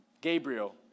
Gabriel